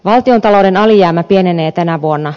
valtiontalouden alijäämä pienenee tänä vuonna